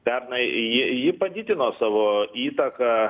pernai ji ji padidino savo įtaką